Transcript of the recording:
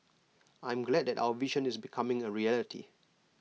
I am glad that our vision is becoming A reality